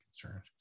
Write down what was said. concerns